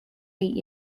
eight